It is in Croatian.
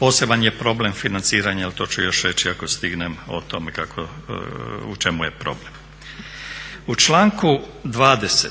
Poseban je problem financiranje, ali to ću još reći ako stignem o tome u čemu je problem. U članku 20.